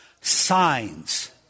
signs